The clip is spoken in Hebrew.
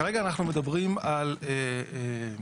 כרגע אנחנו מדברים על ועדה.